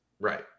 Right